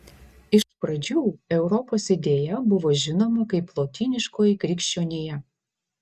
iš pradžių europos idėja buvo žinoma kaip lotyniškoji krikščionija